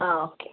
ആ ഓക്കെ